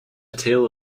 tale